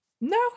no